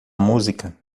música